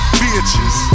bitches